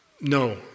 no